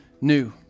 new